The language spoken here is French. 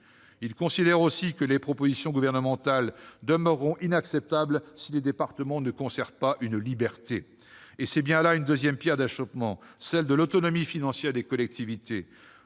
Ils considèrent aussi que les propositions gouvernementales demeureront inacceptables si les départements ne conservent pas de la liberté. C'est bien là une deuxième pierre d'achoppement, celle de l'autonomie financière des collectivités.